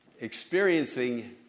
experiencing